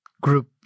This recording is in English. group